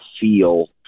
feel